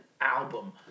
album